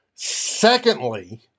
Secondly